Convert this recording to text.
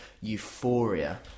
euphoria